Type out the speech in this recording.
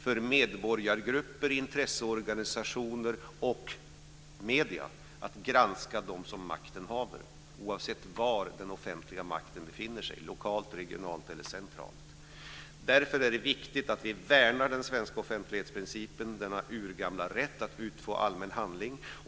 för medborgargrupper, intresseorganisationer och medier att granska dem som makten har, oavsett var den offentliga makten utövas, lokalt, regionalt eller centralt. Därför är det viktigt att vi värnar den svenska offentlighetsprincipen, denna urgamla rätt att utfå allmän handling.